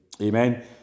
Amen